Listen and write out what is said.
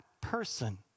person